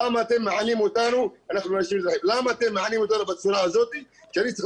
למה אתם מענים אותנו בצורה הזאת שאני צריך